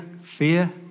fear